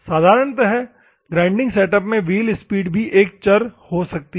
साधारणतः grinding setup में wheel speed भी एक चर को सकती है